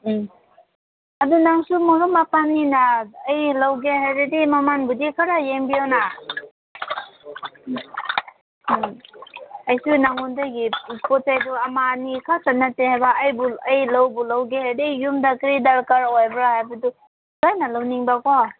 ꯎꯝ ꯑꯗꯨ ꯅꯪꯁꯨ ꯃꯔꯨꯞ ꯃꯄꯥꯡꯅꯤꯅ ꯑꯩ ꯂꯧꯒꯦ ꯍꯥꯏꯔꯗꯤ ꯃꯃꯜꯕꯨꯗꯤ ꯈꯔ ꯌꯦꯡꯕꯤꯌꯨꯅ ꯎꯝ ꯑꯩꯁꯨ ꯅꯉꯣꯟꯗꯒꯤ ꯄꯣꯠ ꯆꯩꯗꯨ ꯑꯃ ꯑꯅꯤ ꯈꯛꯇ ꯅꯠꯇꯦ ꯍꯥꯏꯕ ꯑꯩꯕꯨ ꯑꯩ ꯂꯧꯕꯨ ꯂꯧꯒꯦ ꯍꯥꯏꯔꯗꯤ ꯌꯨꯝꯗ ꯀꯔꯤ ꯗꯔꯀꯥꯔ ꯑꯣꯏꯕ꯭ꯔ ꯍꯥꯏꯕꯗꯨ ꯂꯣꯏꯅ ꯂꯧꯅꯤꯡꯕꯀꯣ